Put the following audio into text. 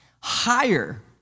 higher